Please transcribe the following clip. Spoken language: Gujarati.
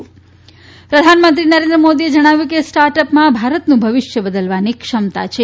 ે પ્રધાનમંત્રી નરેન્દ્ર મોદીએ જણાવ્યું કે સ્ટાર્ટઅપમાં ભારતનું ભવિષ્ય બદલવાની ક્ષમતા છે